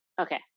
Okay